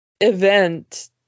event